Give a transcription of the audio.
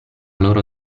loro